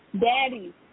Daddy